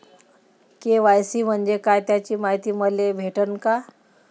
KYC म्हंजे काय त्याची मायती मले भेटन का?